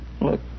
Look